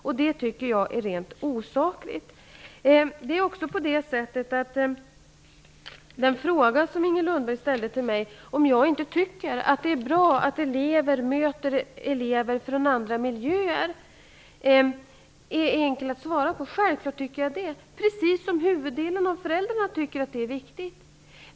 Jag tycker att det är rent osakligt. Inger Lundberg frågade mig om jag inte tycker att det är bra att elever möter elever från andra miljöer. Den frågan är enkel att svara på. Självfallet tycker jag att det är viktigt, precis som huvuddelen av föräldrarna.